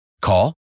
Call